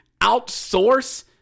outsource